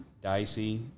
dicey